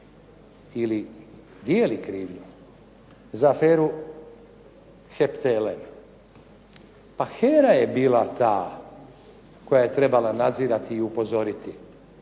ili nije li kriv za aferu HEP TLM. Pa HERA je bila ta koja je trebala nadzirati i upozoriti. Ne može